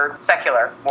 secular